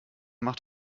macht